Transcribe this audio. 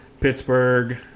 Pittsburgh